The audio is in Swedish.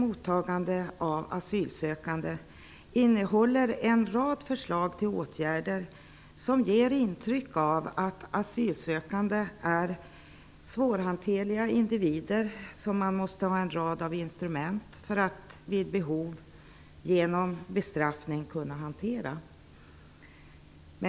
Dagens betänkande innehåller en rad förslag till åtgärder som ger intrycket att asylsökande är svårhanterliga individer, som man måste ha en rad av instrument för att vid behov genom bestraffning kunna hantera.